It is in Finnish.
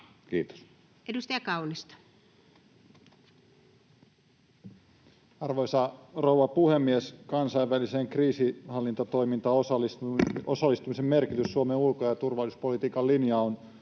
Time: 15:14 Content: Arvoisa rouva puhemies! Kansainväliseen kriisinhallintatoimintaan osallistumisen merkitys Suomen ulko- ja turvallisuuspolitiikan linjalle